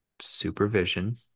supervision